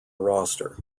roster